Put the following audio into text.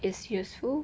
is useful